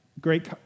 great